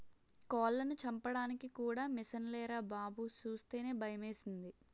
కోళ్లను చంపడానికి కూడా మిసన్లేరా బాబూ సూస్తేనే భయమేసింది